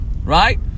Right